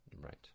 Right